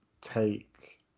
take